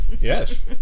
yes